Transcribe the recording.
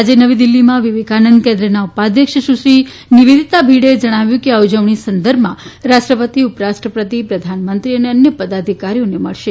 આજે નવી દિલ્હીમાં વિવેકાનંદ કેન્દ્રના ઉપાધ્યક્ષ સુશ્રી નિવેદિતા ભીડેએ જણાવ્યું કે આ ઉજવણી સંદર્ભમાં રાષ્ટ્રપતિ ઉપરાષ્ટ્રપતિ પ્રધાનમંત્રી અને અન્ય પદાધિકારીઓને મળશે